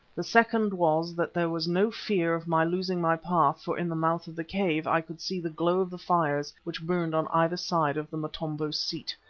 the second was that there was no fear of my losing my path for in the mouth of the cave i could see the glow of the fires which burned on either side of the motombo's seat.